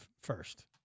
first